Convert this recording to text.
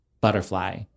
butterfly